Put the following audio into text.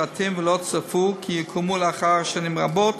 סרטים ולא צפו כי יקומו לאחר שנים רבות,